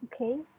Okay